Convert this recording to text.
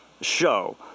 show